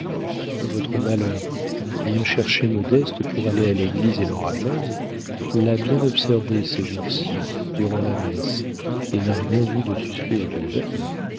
votre malheur vient chercher modeste pour aller à l'église et l'en ramène l'a bien observée ces jours-ci durant la messe et n'a rien vu de suspect autour d'elle